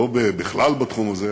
לא בכלל בתחום הזה,